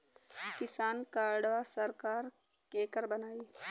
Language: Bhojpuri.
किसान कार्डवा सरकार केकर बनाई?